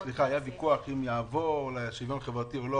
היה ויכוח אם לעבור למשרד לשוויון חברתי או לא.